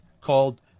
called